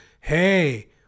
Hey